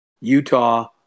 Utah